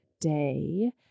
day